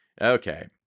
Okay